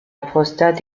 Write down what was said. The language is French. prostate